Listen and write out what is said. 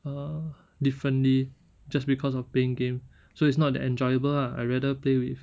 err differently just because of playing game so it's not that enjoyable ah I rather play with